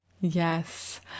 Yes